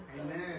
Amen